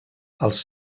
els